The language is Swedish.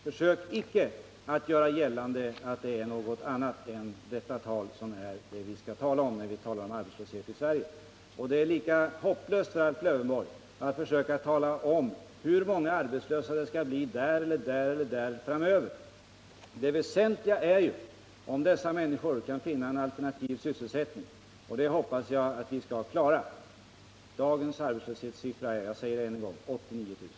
Försök icke göra gällande att det är någon annan siffra vi skall tala om då vi diskuterar arbetslösheten i Sverige. Det är lika hopplöst, Alf Lövenborg, att försöka tala om hur många arbetslösa det skall bli där eller där framöver. Det väsentliga är ju om dessa människor kan finna en alternativ sysselsättning, och det hoppas jag vi skall klara. Dagens arbetslöshetssiffra är — jag säger det ännu en gång — 89 000.